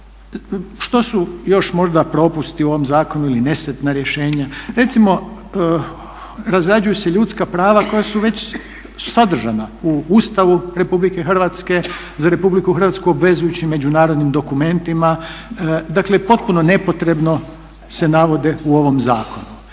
što su još možda propusti u ovom zakonu ili nesretna rješenja? Recimo, razrađuju se ljudska prava koja su već sadržana u Ustavu Republike Hrvatske za Republiku Hrvatsku obvezujućim međunarodnim dokumentima, dakle potpuno nepotrebno se navode u ovom zakonu.